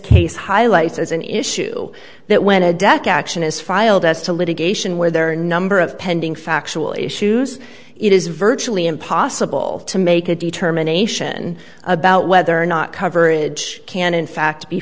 case highlights as an issue that when a deck action is filed as to litigation where there are number of pending factual issues it is virtually impossible to make a determination about whether or not coverage can in fact